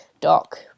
doc